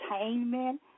entertainment